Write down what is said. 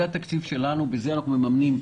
זה התקציב שלנו, בזה אנחנו מממנים.